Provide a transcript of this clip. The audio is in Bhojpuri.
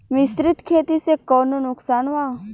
मिश्रित खेती से कौनो नुकसान वा?